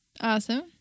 Awesome